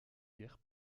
guère